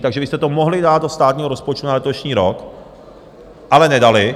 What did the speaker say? Takže vy jste to mohli dát do státního rozpočtu na letošní rok, ale nedali.